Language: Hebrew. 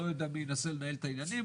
אני לא יודע מי ינסה לנהל את העניינים.